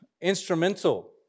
instrumental